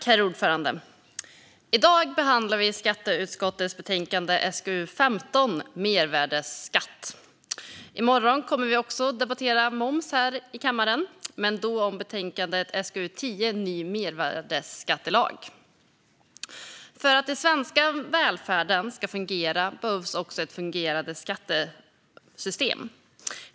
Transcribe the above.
Herr talman! I dag behandlar vi skatteutskottets betänkande SkU15 Mervärdeskatt . I morgon kommer vi också att debattera moms här i kammaren men då om betänkande SkU10 Ny mervärdesskattelag . För att den svenska välfärden ska fungera behövs ett fungerande och pålitligt skattesystem.